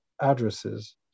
addresses